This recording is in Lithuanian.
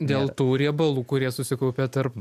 dėl tų riebalų kurie susikaupė tarp